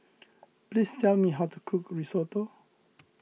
please tell me how to cook Risotto